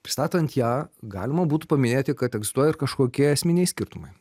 pristatant ją galima būtų paminėti kad egzistuoja ir kažkokie esminiai skirtumai